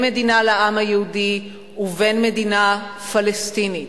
מדינה לעם היהודי ובין מדינה פלסטינית.